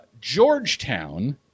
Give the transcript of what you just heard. georgetown